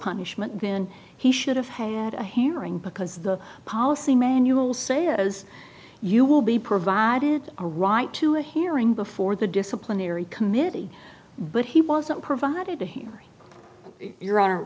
punishment then he should have had a hammering because the policy manual say is you will be provided a right to a hearing before the disciplinary committee but he wasn't provided to hear your honor